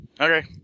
Okay